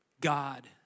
God